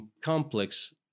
complex